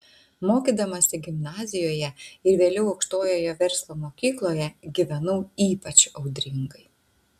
mokydamasi gimnazijoje ir vėliau aukštojoje verslo mokykloje gyvenau ypač audringai